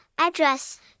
address